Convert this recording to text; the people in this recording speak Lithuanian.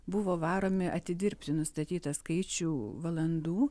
buvo varomi atidirbti nustatytą skaičių valandų